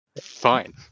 Fine